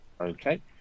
Okay